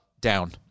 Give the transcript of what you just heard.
down